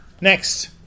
next